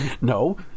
No